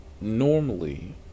normally